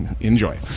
enjoy